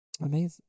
Amazing